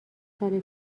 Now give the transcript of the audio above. سال